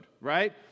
right